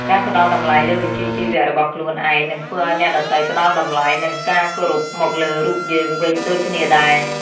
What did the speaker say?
ការផ្ដល់តម្លៃលើវិជ្ជាជីវៈរបស់ខ្លួនឯងនឹងធ្វើឱ្យអ្នកដទៃផ្ដល់តម្លៃ និងការគោរពមកលើរូបយើងវិញដូចគ្នាដែរ។